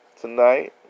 tonight